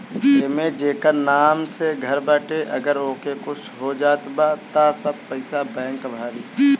एमे जेकर नाम से घर बाटे अगर ओके कुछ हो जात बा त सब पईसा बैंक भरी